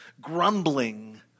grumbling